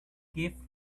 gift